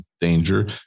danger